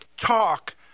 talk